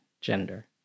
gender